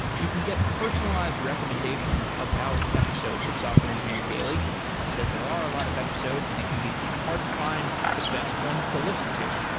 you can get personalized recommendations about episodes of software engineering daily because there are a lot of episodes and it can be hard to find the best ones to listen to.